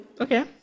Okay